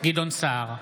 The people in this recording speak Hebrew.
גדעון סער,